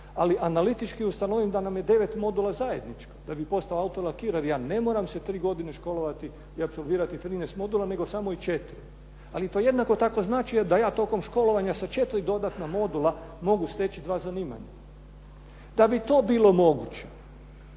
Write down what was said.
Ali analitički ustanovim da nam je 9 modula zajedničko. Da bih postao autolakirer ja ne moram se tri godine školovati i apsolvirati 13 modula, nego samo 4. Ali to jednako tako znači da ja tokom školovanja sa 4 dodatna modula mogu steći dva zanimanja. Da bi to bilo moguće